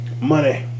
Money